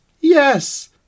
yes